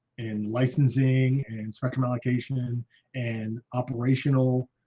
in licensing and spectrum allocation and and operational